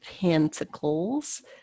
pentacles